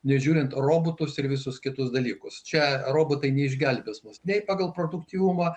nežiūrint robotus ir visus kitus dalykus čia robotai neišgelbės mūsų nei pagal produktyvumą